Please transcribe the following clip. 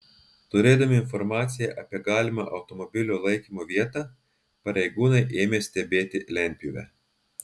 turėdami informaciją apie galimą automobilio laikymo vietą pareigūnai ėmė stebėti lentpjūvę